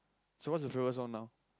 so what's your favorite song now